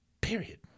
Period